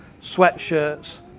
sweatshirts